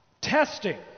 testing